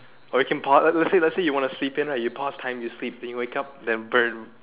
or you can pau~ let's say let's say you want to sleep in right you pause time you sleep you wake up then burn